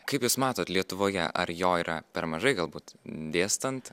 kaip jūs matot lietuvoje ar jo yra per mažai galbūt dėstant